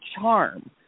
charm